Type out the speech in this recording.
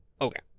Okay